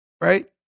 right